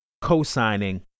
co-signing